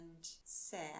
sad